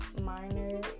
minor